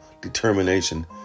determination